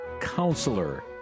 Counselor